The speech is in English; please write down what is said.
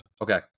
Okay